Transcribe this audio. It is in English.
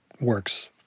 works